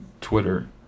Twitter